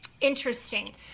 Interesting